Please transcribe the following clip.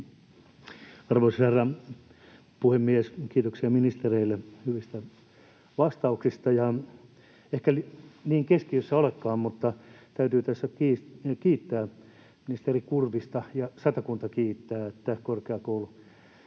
Arvoisa herra puhemies! Kiitoksia ministereille hyvistä vastauksista. Ja vaikka ei ehkä niin keskiössä olekaan, niin täytyy tässä kiittää ministeri Kurvista — ja Satakunta kiittää — että korkeakoulukeskuksemme